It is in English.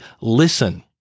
listen